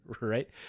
right